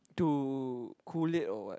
to cool it or what